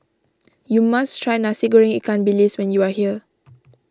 you must try Nasi Goreng Ikan Bilis when you are here